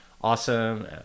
awesome